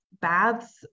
baths